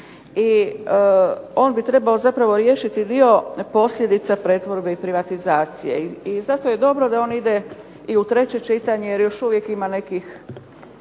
i on bi trebao zapravo riješiti dio posljedica pretvorbe i privatizacije. I zato je dobro da on ide i u treće čitanje, jer još uvijek ima nekih